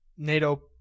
NATO